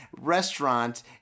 restaurant